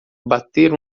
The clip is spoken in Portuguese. bater